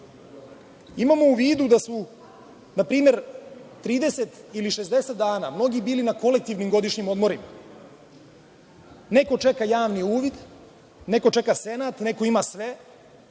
u vidu da su, na primer, 30 ili 60 dana mnogi bili na kolektivnim godišnjim odmorima. Neko čeka javni uvid, neko čeka senat, neko ima sve,